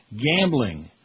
gambling